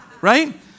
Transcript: Right